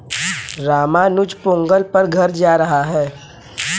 रामानुज पोंगल पर घर जा रहा है